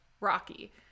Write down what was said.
rocky